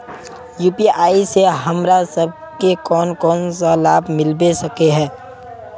UPI से हमरा सब के कोन कोन सा लाभ मिलबे सके है?